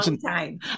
time